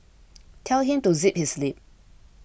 tell him to zip his lip